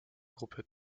gruppe